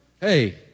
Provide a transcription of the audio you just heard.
Hey